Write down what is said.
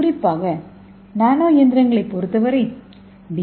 குறிப்பாக நானோ இயந்திரங்களைப் பொறுத்தவரை டி